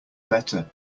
better